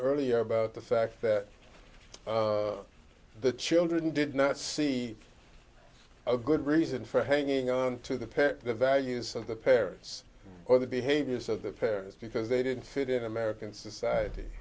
earlier about the fact that the children did not see a good reason for hanging on to the parent the values of the parents or the behaviors of the parents because they didn't fit in american society